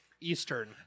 Eastern